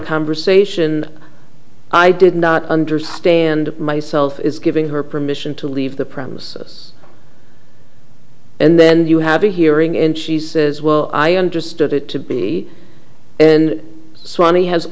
conversation i did not understand myself it's giving her permission to leave the premises and then you have a hearing and she says well i understood it to be and s